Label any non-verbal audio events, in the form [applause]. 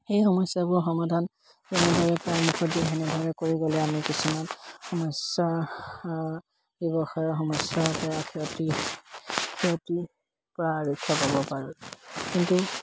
সেই সমস্যাবোৰৰ সমাধান যেনেদৰে [unintelligible] কৰি গ'লে আমি কিছুমান সমস্যাৰ ব্যৱসায়ৰ সমস্যাৰ [unintelligible]